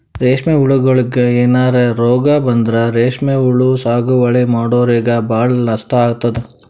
ರೇಶ್ಮಿ ಹುಳಗೋಳಿಗ್ ಏನರೆ ರೋಗ್ ಬಂದ್ರ ರೇಶ್ಮಿ ಹುಳ ಸಾಗುವಳಿ ಮಾಡೋರಿಗ ಭಾಳ್ ನಷ್ಟ್ ಆತದ್